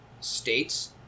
states